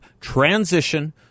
transition